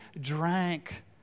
drank